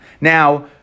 Now